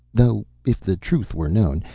though if the truth were known,